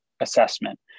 assessment